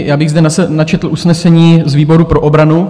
Já bych zde načetl usnesení výboru pro obranu: